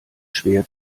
schwer